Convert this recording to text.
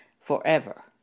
forever